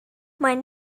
maen